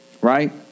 right